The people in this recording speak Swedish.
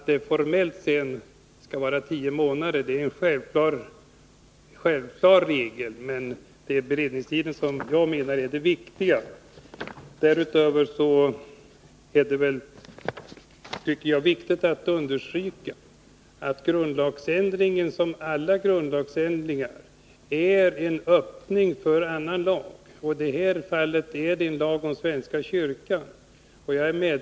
Vi har självfallet den formella regeln om avlämnande inom tio månader före val, men det är beredningstiden som jag menar är det viktiga. Därutöver är det viktigt att understryka att denna grundlagsändring som alla grundlagsändringar är en öppning för annan lag, och i det här fallet gäller det lag om svenska kyrkan.